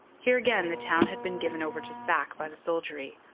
here again the town had been given over to sack by the soldiery.